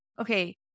Okay